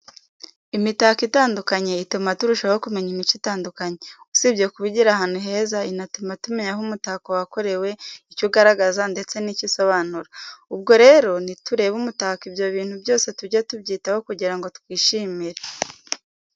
Imitako itandukanye ituma turushaho kumenya imico itandukanye. Usibye kuba igira ahantu heza, inatuma tumenya aho uwo mutako wakorewe, icyo ugaragaza, ndetse n'icyo usobanura. Ubwo rero nitureba umutako ibyo bintu byose tujye tubyitaho kugira ngo tuwishimire.